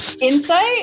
Insight